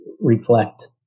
reflect